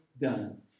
done